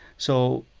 so,